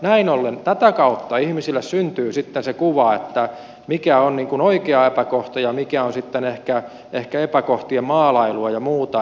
näin ollen tätä kautta ihmisille syntyy sitten se kuva mikä on oikea epäkohta ja mikä on sitten ehkä epäkohtien maalailua ja muuta